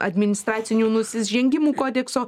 administracinių nusižengimų kodekso